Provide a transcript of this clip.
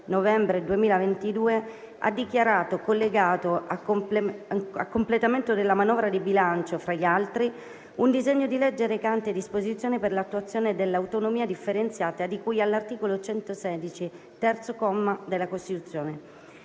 novembre 2022, ha dichiarato collegato, a completamento della manovra di bilancio, fra gli altri, un disegno di legge recante disposizioni per l'attuazione dell'autonomia differenziata di cui all'articolo 116, terzo comma, della Costituzione.